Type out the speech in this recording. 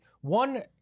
one –